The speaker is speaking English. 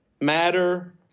matter